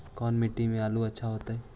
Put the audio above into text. कोन मट्टी में आलु अच्छा होतै?